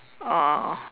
oh